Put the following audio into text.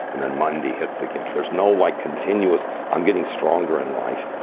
and then monday hits again. there's no like continuous, i'm getting stronger in life,